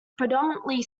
predominantly